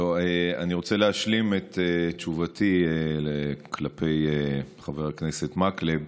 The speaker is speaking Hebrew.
אני רוצה להשלים את תשובתי לחבר הכנסת מקלב.